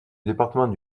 département